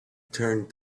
turned